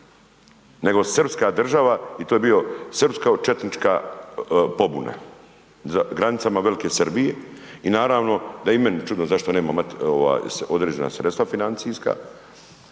nego srpska država i to je bio srpsko četnička pobuna za granicama velike Srbije i naravno da je i meni čudno zašto nema određena sredstva financijska